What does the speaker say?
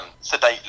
sedately